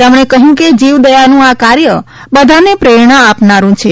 તેમણે કહ્યું કે જીવદયાનું આ કાર્ય બધાને પ્રેરણા આપનારૂં છે